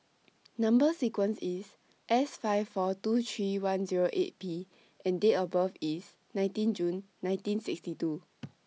Number sequence IS S five four two three one Zero eight P and Date of birth IS nineteen June nineteen sixty two